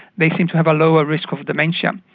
they seem to have a lower risk of dementia.